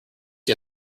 you